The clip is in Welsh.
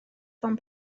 ffôn